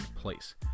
place